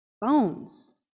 bones